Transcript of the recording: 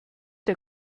der